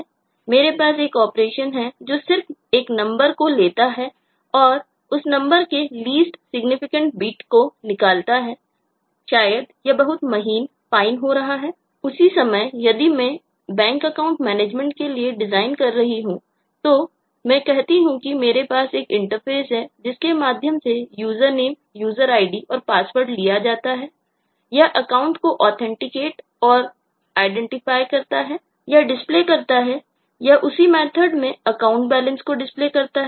यह डिस्प्ले करता है यह उसी मेथर्ड में अकाउंट बैलेंस को डिस्प्ले करता है